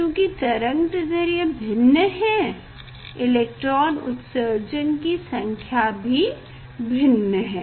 चूंकि तरंगदैढ्र्य भिन्न हैं इलेक्ट्रॉन उत्सर्जन की संख्या भी भिन्न है